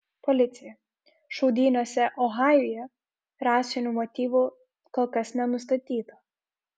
policija šaudynėse ohajuje rasinių motyvų kol kas nenustatyta